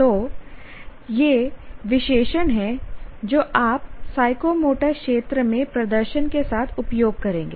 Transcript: तो ये विशेषण हैं जो आप साइकोमोटर क्षेत्र में प्रदर्शन के साथ उपयोग करेंगे